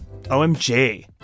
OMG